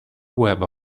web